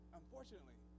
unfortunately